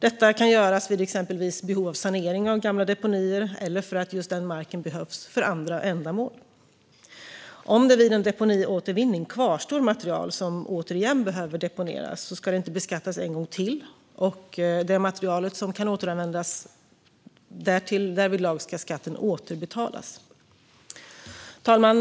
Detta kan göras vid exempelvis behov av sanering av gamla deponier eller för att just den marken behövs för andra ändamål. Om det vid en deponiåtervinning kvarstår material som återigen behöver deponeras ska det inte beskattas en gång till, och för det material som kan återanvändas ska skatten återbetalas. Fru talman!